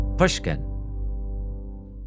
Pushkin